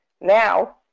Now